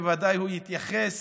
ובוודאי הוא יתייחס